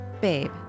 Babe